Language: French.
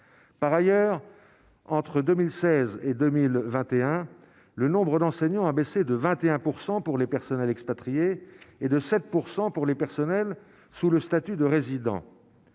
par ailleurs entre 2016 et 2021 le nombre d'enseignants a baissé de 21 % pour les personnels expatriés et de 7 % pour les personnels sous le statut de résident